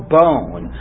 bone